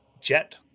jet